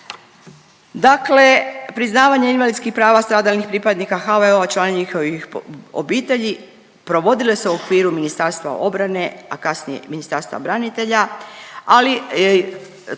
Dakle priznavanje invalidskih prava stradalih pripadnika HVO-a i članova njihovih obitelji provodilo se u okviru Ministarstva obrane, a kasnije Ministarstva branitelja ali